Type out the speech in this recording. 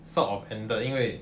sort of ended 因为